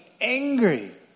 angry